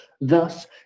Thus